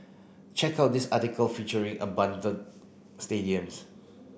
check out this article featuring abundant stadiums